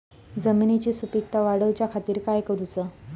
जमिनीची सुपीकता वाढवच्या खातीर काय करूचा?